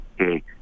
Okay